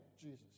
Jesus